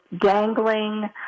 dangling